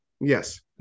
Yes